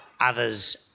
others